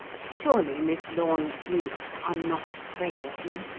surely, miss lorne, you are not afraid of me?